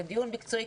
לדיון מקצועי,